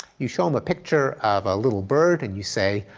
you show them a picture of a little bird and you say,